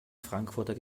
frankfurter